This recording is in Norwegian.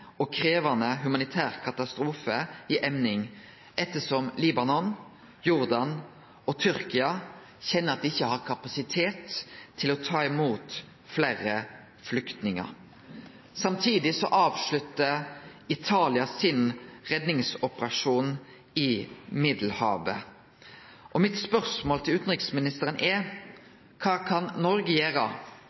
krevjande humanitær katastrofe i emning ettersom Libanon, Jordan og Tyrkia kjenner at dei ikkje har kapasitet til å ta imot fleire flyktningar. Samtidig avsluttar Italia sin redningsoperasjon i Middelhavet. Mitt spørsmål til utanriksministeren er: Kva kan Noreg gjere